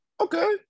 okay